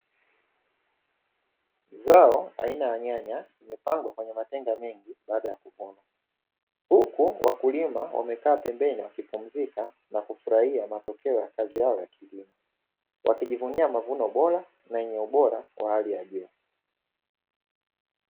Zao aina ya nyanya limepangwa kwenye matenga mengi baada ya kuvunwa, huku wakulima wamekaa pembeni wakipumzika na kufurahia matokeo ya kazi yao ya kilimo, wakijivunia mavuno bora na yenye ubora wa hali ya juu.